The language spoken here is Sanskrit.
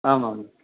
आम् आम्